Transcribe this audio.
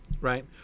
right